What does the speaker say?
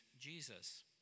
Jesus